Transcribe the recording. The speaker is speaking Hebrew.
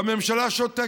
והממשלה שותקת.